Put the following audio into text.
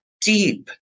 deep